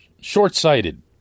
short-sighted